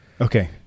Okay